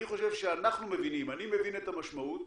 אני חושב שאנחנו מבינים, אני מבין את המשמעות